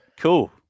Cool